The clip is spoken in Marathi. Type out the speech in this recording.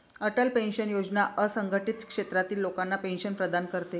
अटल पेन्शन योजना असंघटित क्षेत्रातील लोकांना पेन्शन प्रदान करते